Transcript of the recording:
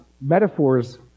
metaphors